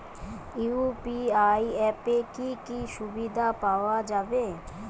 UPI অ্যাপে কি কি সুবিধা পাওয়া যাবে?